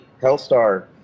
Hellstar